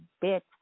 bit